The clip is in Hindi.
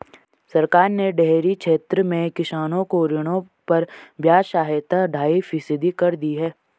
सरकार ने डेयरी क्षेत्र में किसानों को ऋणों पर ब्याज सहायता ढाई फीसदी कर दी है